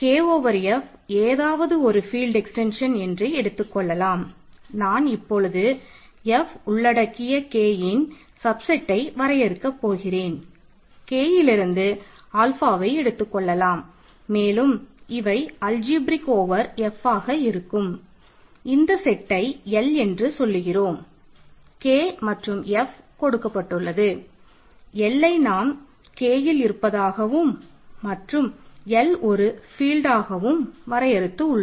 K over வரையறுத்து உள்ளோம்